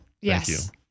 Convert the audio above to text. Yes